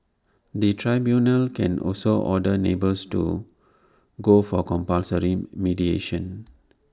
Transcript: the tribunals can also order neighbours to go for compulsory mediation